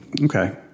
Okay